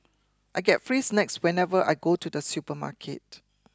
I get free snacks whenever I go to the supermarket